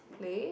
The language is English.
place